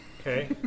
Okay